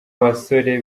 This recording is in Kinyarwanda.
basore